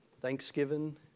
Thanksgiving